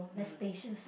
mm